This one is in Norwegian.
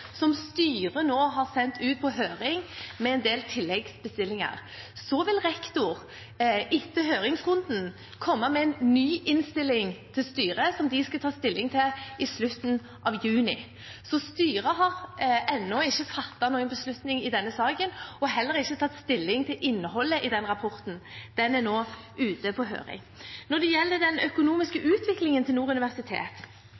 som styret nå har sendt ut på høring, med en del tilleggsbestillinger. Så vil rektor etter høringsrunden komme med en ny innstilling til styret som de skal ta stilling til i slutten av juni. Så styret har ennå ikke fattet noen beslutning i denne saken og heller ikke tatt stilling til innholdet i rapporten. Den er nå ute på høring. Når det gjelder den økonomiske